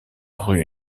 rue